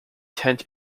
tent